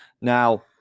Now